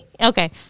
Okay